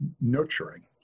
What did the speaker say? nurturing